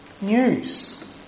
news